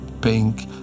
pink